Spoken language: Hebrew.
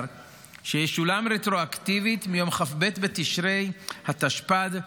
שישולם רטרואקטיבית מיום כ"ב בתשרי התשפ"ד,